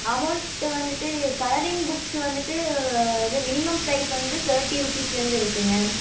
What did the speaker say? amount வந்துட்டு coloring books வந்துவிட்டு இது மினிமம் ப்ரைஸ் வந்து தேர்ட்டி ருபீஸ்லருந்து இருக்குங்க